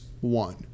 one